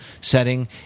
setting